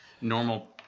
normal